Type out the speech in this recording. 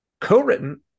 co-written